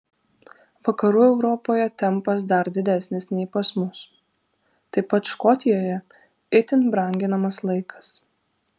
vakarų europoje tempas dar didesnis nei pas mus taip pat škotijoje itin branginamas laikas